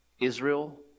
Israel